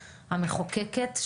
המחוקקת,